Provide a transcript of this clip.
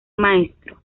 maestro